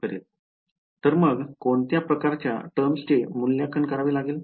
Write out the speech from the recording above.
तर मग कोणत्या प्रकारच्या टर्म्सचे मूल्यांकन करावे लागेल